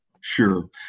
Sure